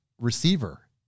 receiver